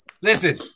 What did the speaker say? Listen